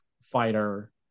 fighter